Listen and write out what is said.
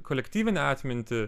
kolektyvinę atmintį